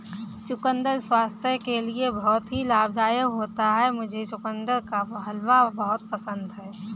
चुकंदर स्वास्थ्य के लिए बहुत ही लाभदायक होता है मुझे चुकंदर का हलवा बहुत पसंद है